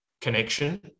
connection